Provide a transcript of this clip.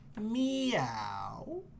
Meow